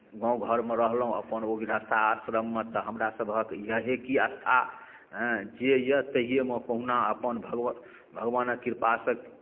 गाम घरमे रहलहुँ अपन ओ गृहस्थाश्रममे तऽ हमरासभक इएह की आस्था हँ जे यए तहिएमे कहुना अपन भगवा भगवानक कृपासँ